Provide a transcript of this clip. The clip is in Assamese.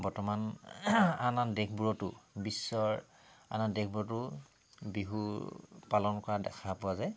বৰ্তমান আন আন দেশবোৰতো বিশ্বৰ আন আন দেশবোৰতো বিহু পালন কৰা দেখা পোৱা যায়